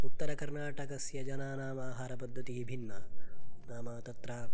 उत्तरकर्नाटकस्य जनानामाहारपद्धतिः भिन्ना नाम तत्र